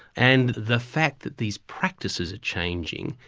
and the fact that these practices are changing,